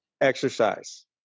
exercise